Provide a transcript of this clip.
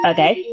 Okay